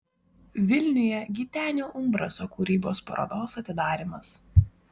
vilniuje gitenio umbraso kūrybos parodos atidarymas